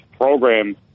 program